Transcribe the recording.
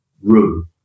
room